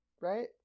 Right